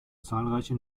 zahlreiche